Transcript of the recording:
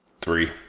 Three